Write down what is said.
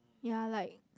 ya like